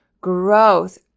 growth